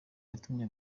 yatumye